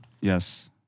Yes